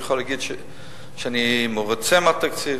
יכול לומר שאני מרוצה מהתקציב,